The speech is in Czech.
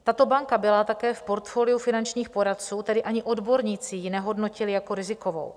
Tato banka byla také v portfoliu finančních poradců, tedy ani odborníci ji nehodnotili jako rizikovou.